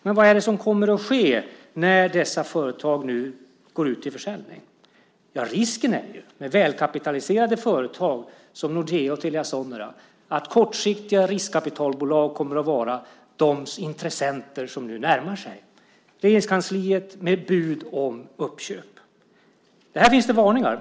Men vad är det som kommer att ske när dessa företag nu bjuds ut till försäljning? Med välkapitaliserade företag som Nordea och Telia Sonera är risken att kortsiktiga riskkapitalbolag kommer att vara de intressenter som nu närmar sig Regeringskansliet med bud om uppköp. Här finns det varningar.